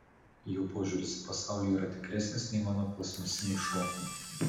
jo požiūris į pasaulį yra tikresnis nei mano plastmasiniai šou